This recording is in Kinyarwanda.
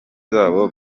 zabo